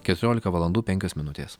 keturiolika valandų penkios minutės